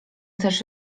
też